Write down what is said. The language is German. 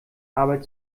arbeit